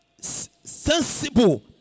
sensible